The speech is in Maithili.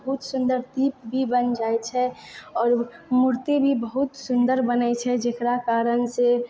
बहुत सुन्दर दीप भी बनि जाए छै और मूर्ति भी बहुत सुन्दर बनै छै जेकरा कारणसँ